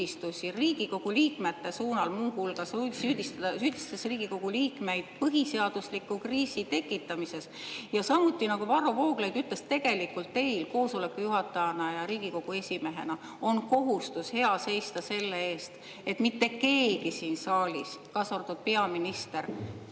Riigikogu liikmete suunal? Muu hulgas süüdistas Riigikogu liikmeid põhiseadusliku kriisi tekitamises. Nagu Varro Vooglaid ütles, siis teil istungi juhatajana ja Riigikogu esimehena on kohustus hea seista selle eest, et mitte keegi siin saalis, kaasa arvatud peaminister,